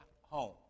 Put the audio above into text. home